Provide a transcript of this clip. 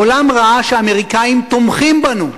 העולם ראה שהאמריקנים תומכים בנו.